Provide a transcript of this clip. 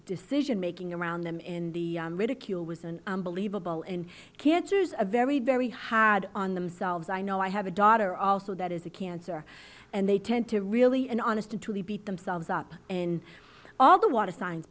decision making around them in the ridicule was an unbelievable and cancers a very very had on themselves i know i have a daughter also that is a cancer and they tend to really an honest to the beat themselves up in all the water signs